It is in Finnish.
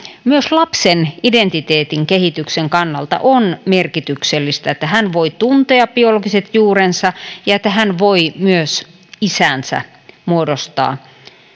myös lapsen identiteetin kehityksen kannalta on merkityksellistä että hän voi tuntea biologiset juurensa ja että hän voi myös isäänsä muodostaa